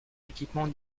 équipements